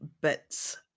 bits